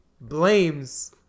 blames